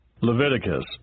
Leviticus